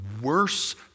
worse